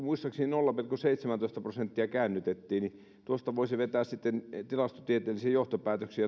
muistaakseni nolla pilkku seitsemäntoista prosenttia käännytettiin niin tuosta voisi vetää tilastotieteellisen johtopäätöksen